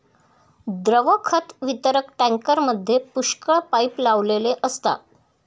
द्रव खत वितरक टँकरमध्ये पुष्कळ पाइप लावलेले असतात